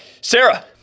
Sarah